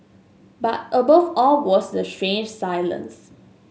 but above all was the strange silence